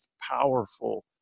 powerful